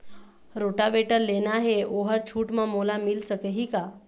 Rotavator लेना हे ओहर छूट म मोला मिल सकही का?